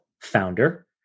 founder